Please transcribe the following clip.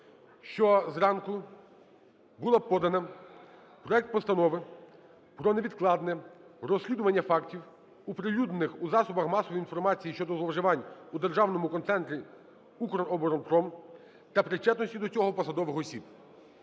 що зранку було подано проект Постанови про невідкладне розслідування фактів, оприлюднених у засобах масової інформації щодо зловживань у Державному концерні "Укроборонпром" та причетності до цього посадових осіб.